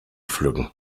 pflücken